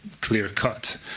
clear-cut